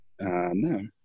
no